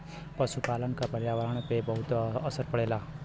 पसुपालन क पर्यावरण पे बहुत असर पड़ेला